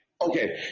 Okay